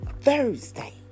Thursday